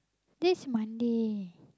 this Monday